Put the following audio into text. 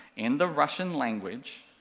in the russian language,